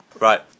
Right